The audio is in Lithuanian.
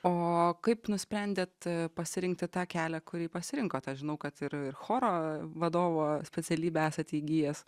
o kaip nusprendėt pasirinkti tą kelią kurį pasirinkot aš žinau kad ir choro vadovo specialybę esate įgijęs